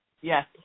Yes